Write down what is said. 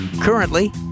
Currently